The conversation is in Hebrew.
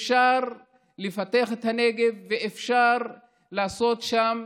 אפשר לפתח את הנגב ואפשר לעשות שם